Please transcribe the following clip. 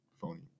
phony